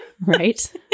Right